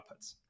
outputs